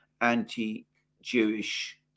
anti-Jewish